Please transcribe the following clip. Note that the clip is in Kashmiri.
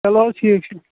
چَلو ٹھیٖک چھُ